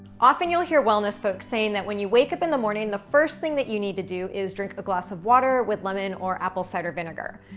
often, you'll hear wellness folks saying that when you wake up in the morning, the first thing that you need to do is drink a glass of water with lemon or apple cider vinegar.